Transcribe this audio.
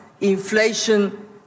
inflation